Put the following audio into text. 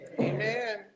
Amen